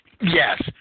yes